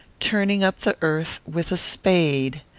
turning up the earth with a spade.